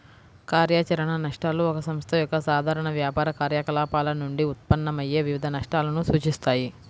కార్యాచరణ నష్టాలు ఒక సంస్థ యొక్క సాధారణ వ్యాపార కార్యకలాపాల నుండి ఉత్పన్నమయ్యే వివిధ నష్టాలను సూచిస్తాయి